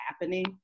happening